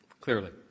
clearly